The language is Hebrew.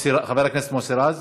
חבר הכנסת מוסי רז,